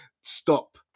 Stop